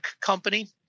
company